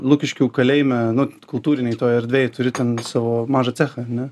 lukiškių kalėjime nu kultūrinėj toj erdvėje turi ten savo mažą cechą ar ne